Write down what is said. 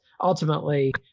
ultimately